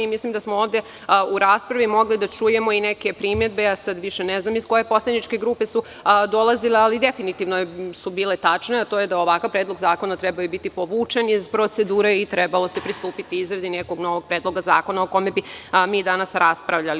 Mislim da smo u raspravi mogli da čujemo i neke primedbe, a sada više ne znam iz koje poslaničke grupe su dolazile, ali definitivno su bile tačne, a to je da ovakav predlog zakona trebao je biti povučen iz procedure i trebalo se pristupiti izradi nekog novog predlog zakona, o kome bi mi danas raspravljali.